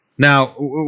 Now